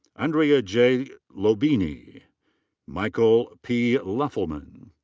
andrea j. lobene. michael p. loeffelman.